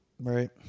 Right